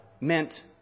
meant